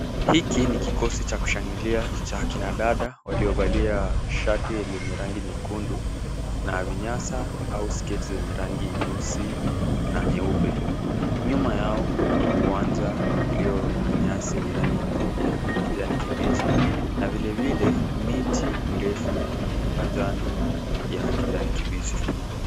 Hiki ni kikosi cha kushangilia cha kina dada waliovalia shati lenye rangi nyekundu na vinyasa au sketi zenye rangi nyeusi na nyeupe. Nyuma yao kuna uwanja ulio na nyasi yenye rangi ya kijani kibichi na vilevile miti mirefu yenye majani ya kijani kibichi.